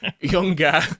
younger